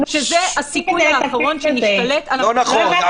שזה הסיכוי האחרון לכך שנשתלט --- לא נכון,